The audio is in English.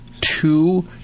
two